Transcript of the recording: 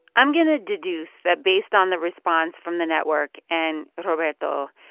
i'm going to deduce that, based on the response from the network and roberto,